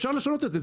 אפשר לשנות את זה.